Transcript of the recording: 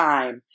Time